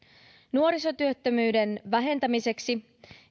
nuorisotyöttömyyden vähentämiseksi